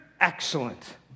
Excellent